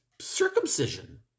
circumcision